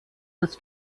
das